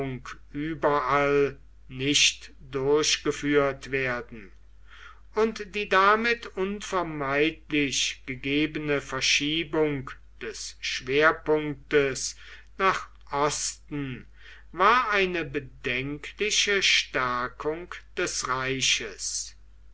überall nicht durchgeführt werden und die damit unvermeidlich gegebene verschiebung des schwerpunktes nach osten war eine bedenkliche stärkung des reiches